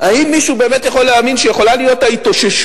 האם מישהו באמת יכול להאמין שיכולה להיות ההתאוששות